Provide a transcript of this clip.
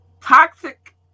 Toxic